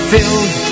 Filled